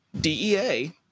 DEA